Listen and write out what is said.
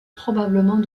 probablement